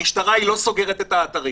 המשטרה לא סוגרת את האתרים.